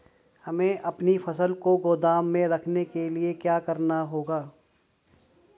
हमें अपनी फसल को गोदाम में रखने के लिये क्या करना होगा?